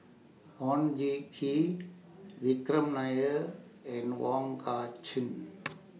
Oon Jin Gee Vikram Nair and Wong Kah Chun